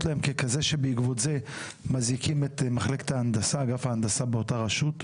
להם כבעיה שבעקבותיה צריך להזעיק את אגף ההנדסה באותה רשות.